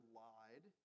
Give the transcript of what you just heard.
lied